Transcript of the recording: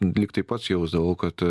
lygtai pats jausdavau kad